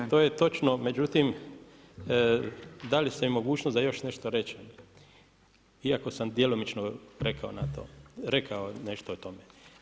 Da, to je točno, međutim, dali ste mi mogućnost da još nešto rečem iako sam djelomično rekao nešto o tome.